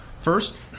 First